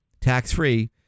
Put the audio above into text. tax-free